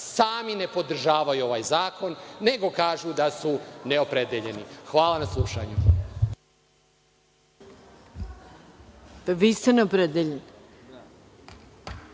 sami ne podržavaju ovaj zakon, nego kažu da su neopredeljeni. Hvala na slušanju. **Maja Gojković**